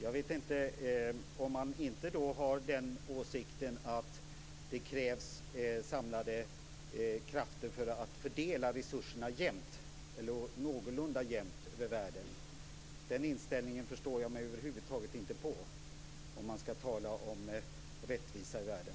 Att inte ha åsikten att det krävs samlade krafter för att fördela resurserna någorlunda jämnt över världen är något som jag över huvud taget inte förstår, om man skall tala om rättvisa i världen.